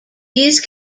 these